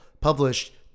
published